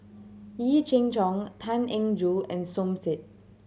Yee Jenn Jong Tan Eng Joo and Som Said